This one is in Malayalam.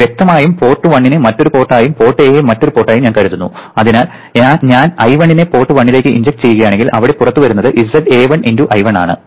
വ്യക്തമായും പോർട്ട് 1 നെ മറ്റൊരു പോർട്ടായും പോർട്ട് A യെ മറ്റൊരു പോർട്ടായും ഞാൻ കരുതുന്നു അതിനാൽ ഞാൻ I1 നെ പോർട്ട് 1 ലേക്ക് ഇൻജക്ട് ചെയ്യുകയാണെങ്കിൽ ഇവിടെ പുറത്തുവരുന്നത് zA1 × I1 ആണ്